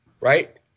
Right